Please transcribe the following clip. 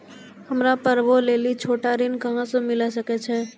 हमरा पर्वो लेली छोटो ऋण कहां मिली सकै छै?